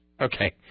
Okay